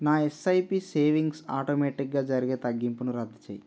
నా SIP savings ఆటోమేటిక్గా జరిగే తగ్గింపును రద్దు చెయ్యి